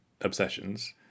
obsessions